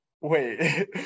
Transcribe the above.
Wait